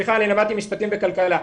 למדתי משפטים וכלכלה.